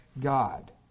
God